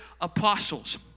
apostles